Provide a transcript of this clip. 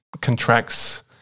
contracts